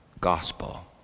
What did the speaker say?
Gospel